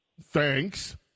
Thanks